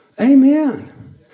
Amen